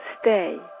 stay